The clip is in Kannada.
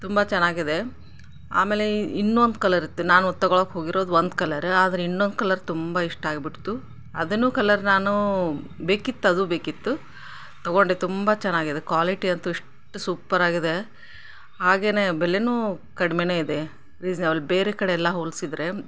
ತುಂಬ ಚೆನ್ನಾಗಿದೆ ಆಮೇಲೆ ಇನ್ನೊಂದು ಕಲರ್ ಇತ್ತು ನಾನು ತಗೊಳೋಕೆ ಹೋಗಿರೋದು ಒಂದು ಕಲರ್ ಆದ್ರೆ ಇನ್ನೊಂದು ಕಲರ್ ತುಂಬ ಇಷ್ಟಾಗಿಬಿಡ್ತು ಅದನ್ನು ಕಲರ್ ನಾನು ಬೇಕಿತ್ತು ಅದು ಬೇಕಿತ್ತು ತಗೊಂಡೆ ತುಂಬ ಚೆನ್ನಾಗಿದೆ ಕ್ವಾಲಿಟಿ ಅಂತೂ ಎಷ್ಟು ಸೂಪರ್ ಆಗಿದೆ ಹಾಗೆಯೇ ಬೆಲೆಯೂ ಕಡ್ಮೆ ಇದೆ ರೀಸ್ನೇಬಲ್ ಬೇರೆ ಕಡೆ ಎಲ್ಲ ಹೋಲಿಸಿದ್ರೆ